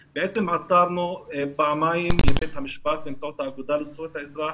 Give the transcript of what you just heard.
עתרנו פעמיים לבית המשפט באמצעות האגודה לזכויות האזרח